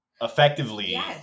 effectively